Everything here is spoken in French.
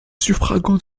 suffragant